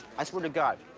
i swear to god.